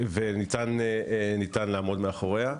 וניתן לעמוד מאחוריה.